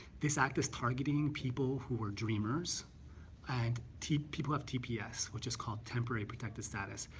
this act is targeting people who were dreamers and people have tps which is called temporary protected status.